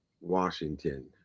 Washington